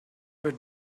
but